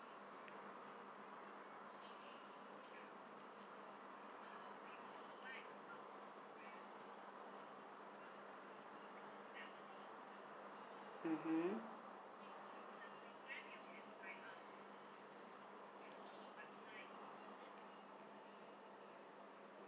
mmhmm